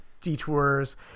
detours